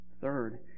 Third